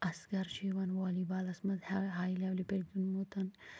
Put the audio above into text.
اصغر چھُ یِوان والی بالس منٛز ہاے لیولہِ پیٹھ گِیونٛدٕمُتن